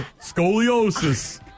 scoliosis